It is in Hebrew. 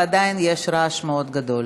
ועדיין יש רעש מאוד גדול.